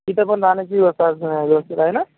तिथं पण राहण्याची व्यवस्था व्यवस्थित आहे ना